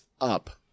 up